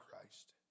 Christ